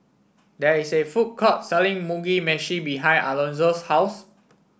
there is a food court selling Mugi Meshi behind Alonzo's house